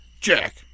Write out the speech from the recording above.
Jack